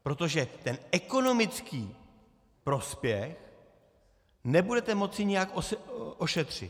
Protože ekonomický prospěch nebudete moci nijak ošetřit.